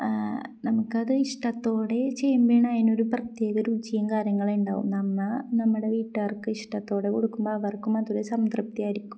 നമുക്ക് അത് ഇഷ്ടത്തോടെ ചെയ്യുമ്പോഴാണ് അതിനൊരു പ്രത്യേക രുചിയും കാര്യങ്ങൾ ഉണ്ടാവും നമ്മൾ നമ്മുടെ വീട്ടുകാർക്ക് ഇഷ്ടത്തോടെ കൊടുക്കുമ്പോൾ അവർക്കും അതൊരു സംതൃപ്തി ആയിരിക്കും